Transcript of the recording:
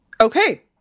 Okay